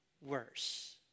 worse